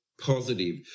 positive